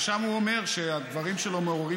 ושם הוא אומר שהדברים שלו מעוררים